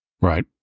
right